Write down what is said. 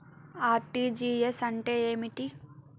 RTGS అంటే ఏమిటి?